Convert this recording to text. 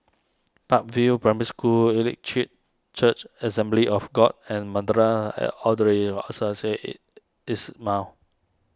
Park View Primary School Elim Chee Church Assembly of God and Madrasah Al